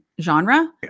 genre